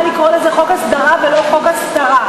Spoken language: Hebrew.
לקרוא לזה חוק הסדרה ולא חוק הסתרה.